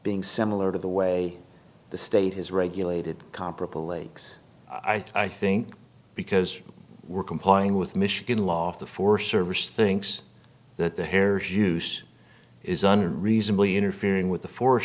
being similar to the way the state has regulated comparable lakes i think because we're complying with michigan law the forest service thinks that the hares use is under reasonably interfering with the for